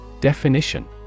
Definition